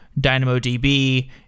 DynamoDB